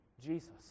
Jesus